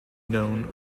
known